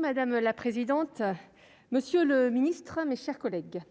Madame la présidente, monsieur le secrétaire d'État, mes chers collègues,